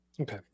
Okay